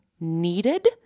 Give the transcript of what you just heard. needed